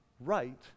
right